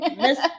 Miss